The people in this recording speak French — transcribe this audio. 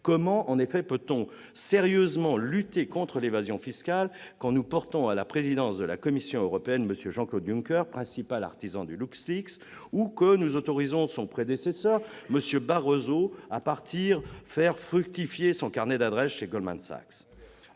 Comment peut-on espérer lutter sérieusement contre l'évasion fiscale quand on porte à la présidence de la Commission européenne M. Jean-Claude Juncker, principal artisan du LuxLeaks, ou quand on autorise son prédécesseur, M. Barroso, à partir faire fructifier son carnet d'adresses chez Goldman Sachs ?